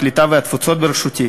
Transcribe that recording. הקליטה והתפוצות בראשותי,